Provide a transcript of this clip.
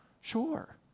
Sure